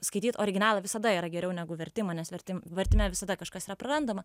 skaityt originalą visada yra geriau negu vertimą nes vertim vertime visada kažkas yra prarandama